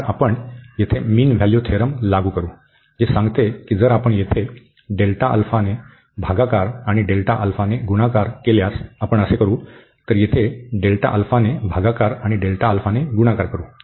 तर आपण येथे मीन व्हॅल्यू थेरम लागू करू जे सांगते की जर आपण येथे ने भागाकार आणि ने गुणाकार केल्यास आपण असे करू तर येथे ने भागाकार आणि ने गुणाकार करू